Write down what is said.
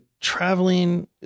traveling